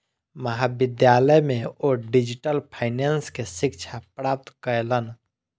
महाविद्यालय में ओ डिजिटल फाइनेंस के शिक्षा प्राप्त कयलैन